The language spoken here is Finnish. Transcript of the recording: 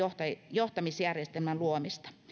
johtamisjärjestelmän luomista